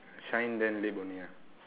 shine then lip only ah